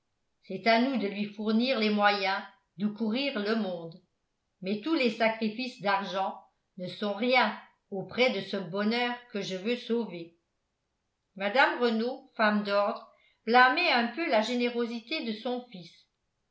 c'est à nous de lui fournir les moyens de courir le monde mais tous les sacrifices d'argent ne sont rien auprès de ce bonheur que je veux sauver mme renault femme d'ordre blâmait un peu la générosité de son fils